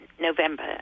November